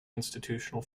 institutional